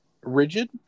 rigid